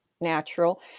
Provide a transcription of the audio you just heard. natural